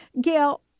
Gail